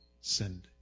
Send